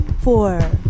four